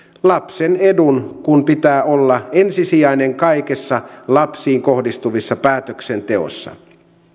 lapsen edun kun pitää olla ensisijainen kaikessa lapsiin kohdistuvassa päätöksenteossa